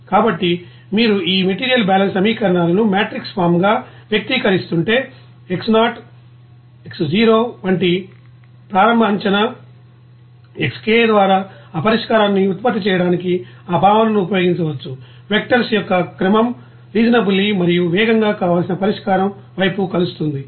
కాబట్టి మీరు ఈ మెటీరియల్ బ్యాలెన్స్ సమీకరణాలను మెట్రిక్స్ ఫార్మ్ గా వ్యక్తీకరిస్తుంటే X0 వంటి ప్రారంభ అంచనా Xk ద్వారా ఆ పరిష్కారాన్ని ఉత్పత్తి చేయడానికి ఈ భావనను ఉపయోగించవచ్చు వెక్టర్స్ యొక్క క్రమం రీసోన్బలీ మరియు వేగంగా కావలసిన పరిష్కారం వైపు కలుస్తుంది